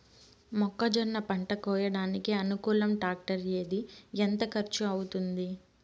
మొక్కజొన్న పంట కోయడానికి అనుకూలం టాక్టర్ ఏది? ఎంత ఖర్చు అవుతుంది?